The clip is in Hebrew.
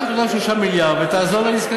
קח את אותם 3 מיליארד ותעזור לנזקקים,